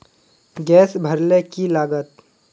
Gas भरले की लागत?